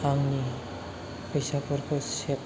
आंनि फैसाफोरखौ सेब